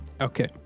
Okay